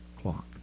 clock